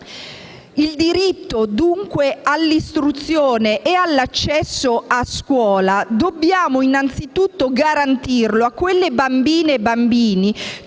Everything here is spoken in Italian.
Il diritto dunque all'istruzione e all'accesso a scuola dobbiamo innanzitutto garantirlo a quelle bambine e a quei